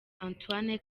antoine